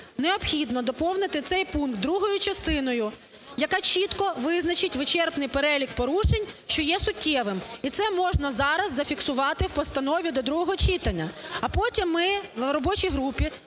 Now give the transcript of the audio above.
необхідно доповнити цей пункт другою частиною, яка чітко визначить вичерпний перелік порушень, що є суттєвим. І це можна зараз зафіксувати у постанові до другого читання. А потім ми на робочій групі